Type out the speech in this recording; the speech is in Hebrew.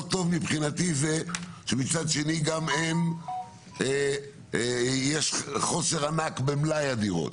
טוב מבחינתי זה שמצד שני גם יש חוסר ענק במלאי הדירות,